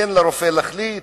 תן לרופא להחליט,